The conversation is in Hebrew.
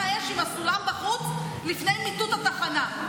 האש עם הסולם בחוץ לפני מיטוט התחנה.